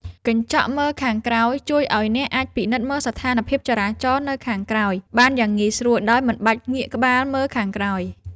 កញ្ចក់មើលខាងក្រោយជួយឱ្យអ្នកអាចពិនិត្យមើលស្ថានភាពចរាចរណ៍នៅខាងក្រោយបានយ៉ាងងាយស្រួលដោយមិនបាច់ងាកក្បាលមើលខាងក្រោយ។